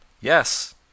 Yes